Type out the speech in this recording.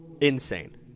insane